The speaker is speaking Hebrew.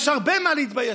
ויש במה להתבייש.